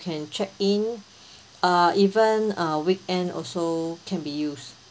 can check in uh even uh weekend also can be used